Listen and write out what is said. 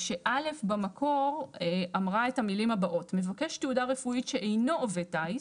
כש-א' במקור אמרה את המילים הבאות: מבקש תעודה רפואית שאינו עובד טיס